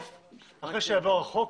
אחרי שיעבור החוק